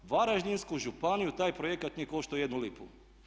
Varaždinsku županiju taj projekat nije koštao jednu lipu.